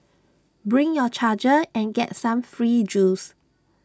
bring your charger and get some free juice